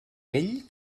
vell